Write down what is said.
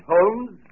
Holmes